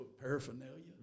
paraphernalia